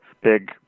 big